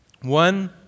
one